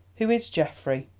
who is geoffrey?